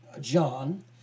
John